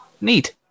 Neat